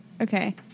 Okay